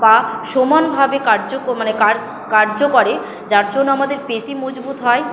পা সমানভাবে কার্য মানে কাজ কার্য করে যার জন্য আমাদের পেশি মজবুত হয়